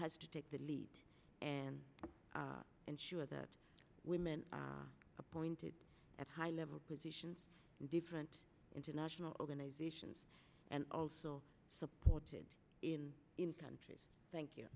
has to take that lead and ensure that women are appointed at high level positions in different international organizations and also supported in countries thank you